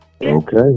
Okay